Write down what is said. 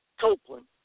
Copeland